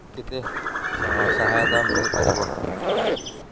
କେତେ ସହାୟତା ମିିଲି ପାରିବ